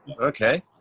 Okay